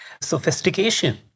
sophistication